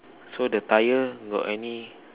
so the tyre got any